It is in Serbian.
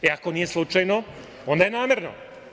E, ako nije slučajno, onda je namerno.